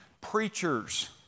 preachers